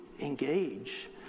engage